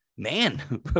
man